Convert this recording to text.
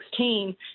2016